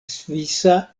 svisa